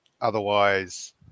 Otherwise